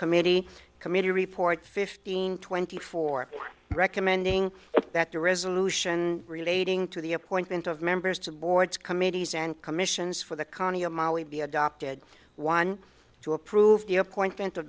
committee committee report fifteen twenty four recommending that the resolution relating to the appointment of members to boards committees and commissions for the canio be adopted one to approve the appointment o